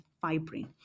fibrin